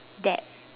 that